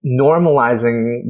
normalizing